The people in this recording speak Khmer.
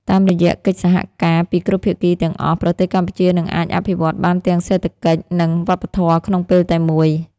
តាមរយៈកិច្ចសហការពីគ្រប់ភាគីទាំងអស់ ប្រទេសកម្ពុជានឹងអាចអភិវឌ្ឍបានទាំងសេដ្ឋកិច្ចនិងវប្បធម៌ក្នុងពេលតែមួយ។